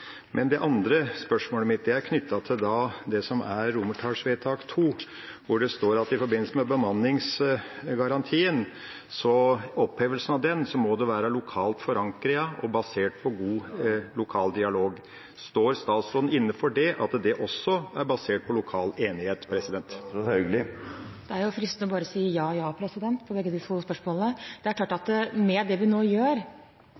Det andre spørsmålet mitt er knyttet til romertallsvedtak II i innstillingen, der det står i forbindelse med opphevelsen av bemanningsgarantien at det må være «lokalt forankret og basert på god lokal dialog». Står statsråden inne for det, at det også er basert på lokal enighet? Det er fristende å svare ja på begge de spørsmålene. Det er klart at med det vi nå gjør